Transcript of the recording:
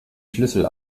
schlüssel